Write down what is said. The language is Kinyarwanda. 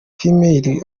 female